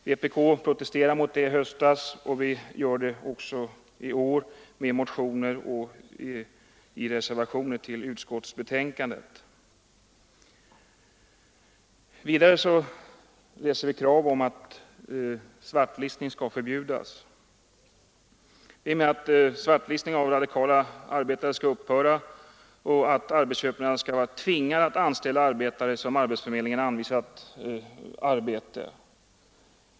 Vpk protesterade mot detta i höstas, och vi gör det också i år i motioner och i reservationer till utskottsbetänkanden. Vidare reser vi krav på att svartlistning av radikala arbetare skall förbjudas och att arbetsköparna skall vara tvingade att anställa arbetare som av arbetsförmedlingen anvisats arbete.